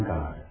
God